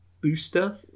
booster